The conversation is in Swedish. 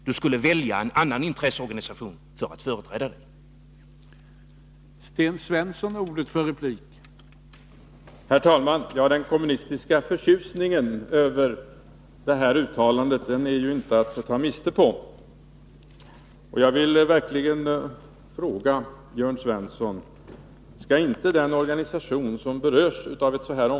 Ni skulle välja en annan intresseorganisation som företrädare för era intressen.